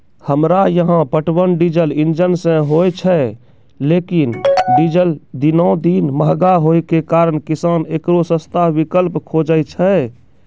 हमरा यहाँ पटवन डीजल इंजन से होय छैय लेकिन डीजल दिनों दिन महंगा होय के कारण किसान एकरो सस्ता विकल्प खोजे छैय?